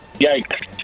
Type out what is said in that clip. Yikes